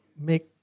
make